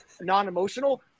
non-emotional